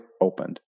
opened